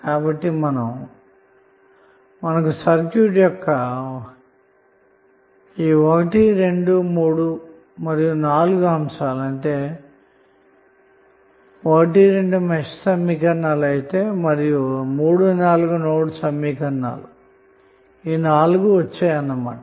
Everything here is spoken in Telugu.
కాబట్టి మనకు సర్క్యూట్ యొక్క 1 2 3 మరియు 4 అంశాలు అనగా మెష్ సమీకరణాలు మరియు నోడ్ సమీకరణాలు వచ్చాయి అన్న మాట